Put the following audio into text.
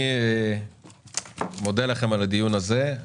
אני מודה לכם על הדיון הזה.